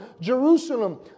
Jerusalem